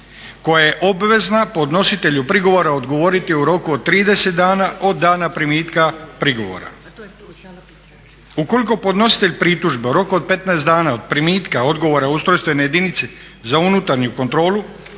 koja je obvezna podnositelju prigovora odgovoriti u roku od 30 dana od dana primitka prigovora. Ukoliko podnositelj pritužbe u roku od 15 dana od primitka odgovora ustrojstvene jedinice za unutarnju kontrolu